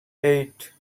eight